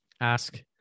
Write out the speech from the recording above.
Ask